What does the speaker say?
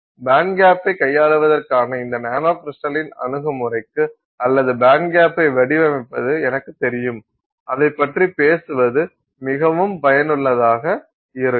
பேண்ட்கேப்பைக் கையாளுவதற்கான இந்த நானோகிரிஸ்டலின் அணுகுமுறைக்கு அல்லது பேண்ட்கேப்பை வடிவமைப்பது எனக்குத் தெரியும் அதைப்பற்றி பேசுவது மிகவும் பயனுள்ளதாக இருக்கும்